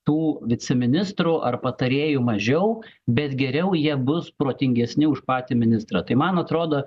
tų viceministrų ar patarėjų mažiau bet geriau jie bus protingesni už patį ministrą tai man atrodo